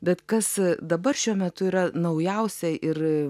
bet kas dabar šiuo metu yra naujausia ir